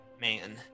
man